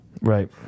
Right